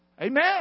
Amen